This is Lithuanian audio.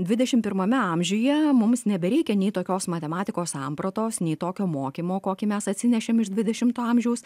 dvidešimt pirmame amžiuje mums nebereikia nei tokios matematikos sampratos nei tokio mokymo kokį mes atsinešėm iš dvidešimto amžiaus